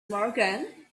morgan